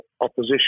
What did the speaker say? opposition